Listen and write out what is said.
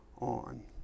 on